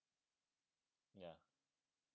ya